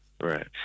Right